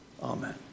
Amen